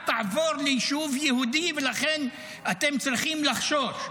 תעבור ליישוב יהודי ולכן אתם צריכים לחשוש.